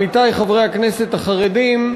עמיתי חברי הכנסת החרדים,